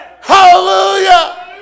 Hallelujah